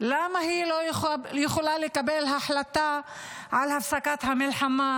למה היא לא יכולה לקבל החלטה על הפסקת המלחמה